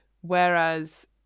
whereas